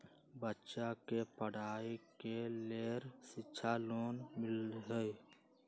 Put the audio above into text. बच्चा के पढ़ाई के लेर शिक्षा लोन मिलहई?